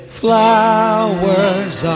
flowers